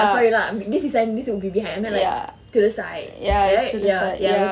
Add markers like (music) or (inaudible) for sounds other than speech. sorry lah this is (noise) will be behind then like to the side right